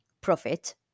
profit